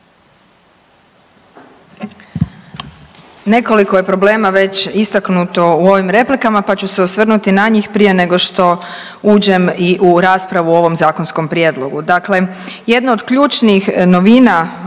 Nekoliko je problema već istaknuto u ovim replikama pa ću se osvrnuti na njih prije nego što uđem i u raspravu o ovom zakonskom prijedlogu. Dakle, jedno od ključnih novina